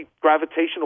gravitational